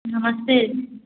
नमस्ते